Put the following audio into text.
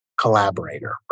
collaborator